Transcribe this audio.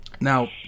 Now